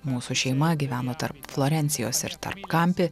mūsų šeima gyveno tarp florencijos ir tarp kampi